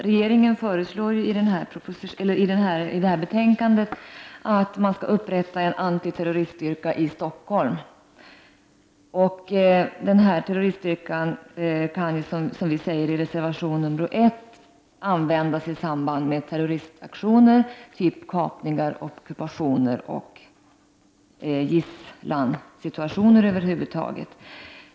Herr talman! I detta betänkande föreslås att man skall upprätta en antiterroriststyrka i Stockholm. Denna terroriststyrka kan, som vi säger i reservation nr 1, användas i samband med terroristaktioner av typen kapningar, ockupationer och gisslansituationer över huvud taget.